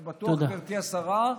אני בטוח, גברתי השרה,